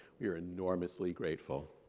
we're enormously grateful.